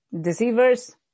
deceivers